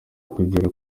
kugera